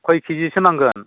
कय केजिसो नांगोन